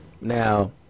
Now